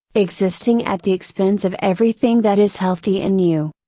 existing at the expense of everything that is healthy in you.